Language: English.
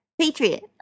Patriot